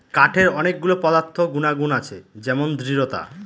কাঠের অনেক গুলো পদার্থ গুনাগুন আছে যেমন দৃঢ়তা